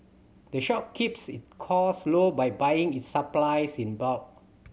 the shop keeps its costs low by buying its supplies in bulk